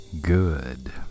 good